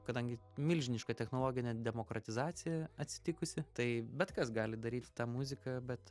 kadangi milžiniška technologinė demokratizacija atsitikusi tai bet kas gali daryti tą muziką bet